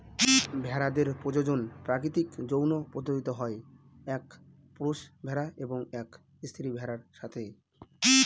ভেড়াদের প্রজনন প্রাকৃতিক যৌন পদ্ধতিতে হয় এক পুরুষ ভেড়া এবং এক স্ত্রী ভেড়ার সাথে